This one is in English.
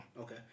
Okay